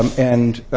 um and